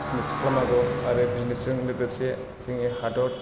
business खालामनांगौ आरो बिजिनेसजों लोगोसे जोंनि हादर